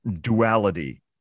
duality